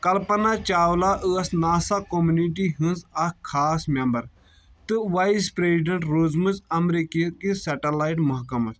کلپنہٕ چاولہٕ ٲس NASA committee ہنٛز اکھ خاص مٮ۪مبر تہٕ وایز پرزڈنٹ روٗزمٕژ امریکہ کس سیٹلایٹ محکمس